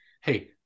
hey